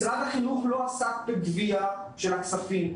משרד החינוך לא עסק בגבייה של הכספים.